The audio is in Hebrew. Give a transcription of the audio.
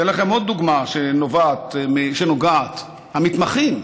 אתן לכם עוד דוגמה שנוגעת, המתמחים.